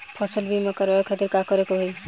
फसल बीमा करवाए खातिर का करे के होई?